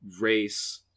race